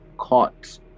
caught